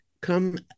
Come